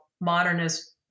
modernist